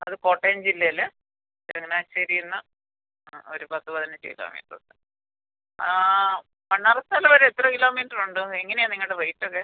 അത് കോട്ടയം ജില്ലയിൽ ചങ്ങനാശ്ശേരി എന്ന് ആ ഒരു പത്ത് പതിനഞ്ച് കിലോമീറ്റ്റ് ആ മണ്ണാറശ്ശാല വരെ എത്ര കിലോമീറ്റർ ഉണ്ട് എങ്ങനെയാണ് നിങ്ങളുടെ റേറ്റ് ഒക്കെ